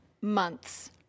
months